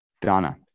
Donna